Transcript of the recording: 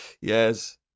yes